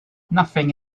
nothing